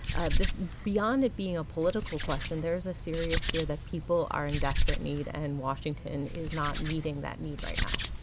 ah this beyond it being a political question, there is a serious fear that people are in desperate need, and washington is not meeting that need right now